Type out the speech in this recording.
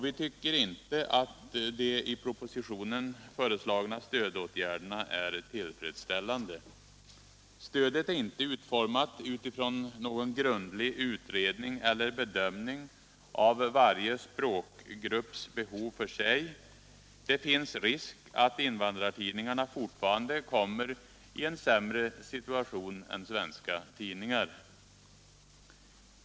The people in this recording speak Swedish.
Vi tycker inte att de i propositionen föreslagna stödåtgärderna är tillfredsställande. Stödet är inte utformat utifrån någon grundlig utredning eller bedömning av varje språkgrupps behov för sig. Det finns risk att invandrartidningarna fortfarande kommer i en sämre situation än svenska tidningar.